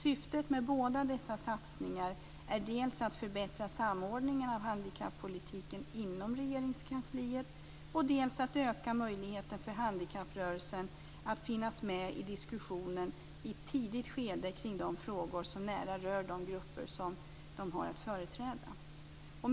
Syftet med båda dessa satsningar är dels att förbättra samordningen av handikappolitiken inom Regeringskansliet, dels att öka möjligheten för handikapprörelsen att i ett tidigt skede finnas med i diskussionen kring de frågor som nära rör de grupper som den har att företräda.